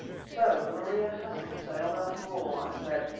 so the maria hasn't sailed after all, i said,